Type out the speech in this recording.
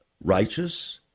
righteous